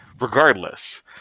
regardless